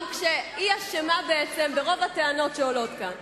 גם כשהיא אשמה בעצם ברוב הטענות שעולות כאן.